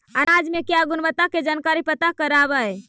अनाज मे क्या गुणवत्ता के जानकारी पता करबाय?